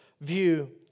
view